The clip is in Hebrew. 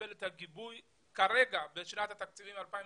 לקבל את הגיבוי כרגע בשנת התקציב 2021,